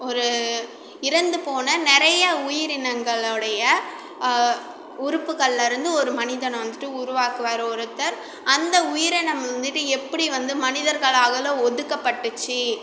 ஒரு இறந்து போன நிறையா உயிரினங்களோடைய உறுப்புக்கள்லருந்து ஒரு மனிதனை வந்துவிட்டு உருவாக்குவார் ஒருத்தர் அந்த உயிரினம் வந்துவிட்டு எப்படி வந்து மனிதர்களால் ஒதுக்கப்பட்டுச்சு